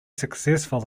successful